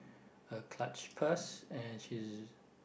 her clutch purse and she's